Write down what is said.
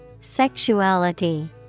Sexuality